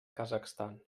kazakhstan